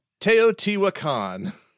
Teotihuacan